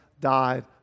died